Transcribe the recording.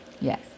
Yes